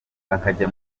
bakajya